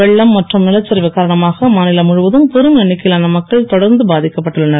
வெள்ளம் மற்றும் நிலச்சரிவு காரணமாக மாநிலம் முழுவதும் பெரும் எண்ணிக்கையிலான மக்கள் தொடர்ந்து பாதிக்கப்பட்டுள்ளனர்